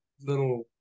little